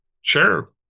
Sure